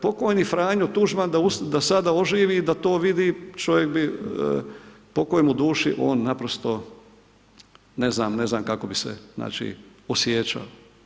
Pokojni Franjo Tuđman da sada oživi i da to vidi, čovjek bi, pokoj mu duši, on naprosto ne znam, ne znam kako bi se, znači, osjećao.